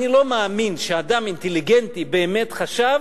אני לא מאמין שאדם אינטליגנטי באמת חשב